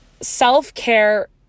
self-care